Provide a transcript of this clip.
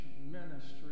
ministry